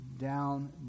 down